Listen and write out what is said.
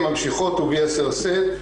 הן ממשיכות וביתר שאת.